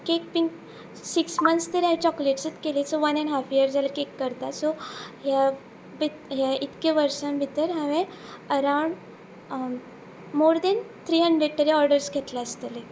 cake pink six months तरी हांवें chocolates केली so one and half year जाल्यार केक करता सो ह्या इतके वर्सां भितर हांवे around more than three hundred तरी ऑर्डर्स घेतले आसतले